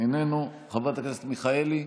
איננו, חברת הכנסת מיכאלי,